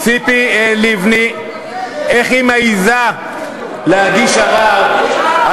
סליחה, יש תקנון.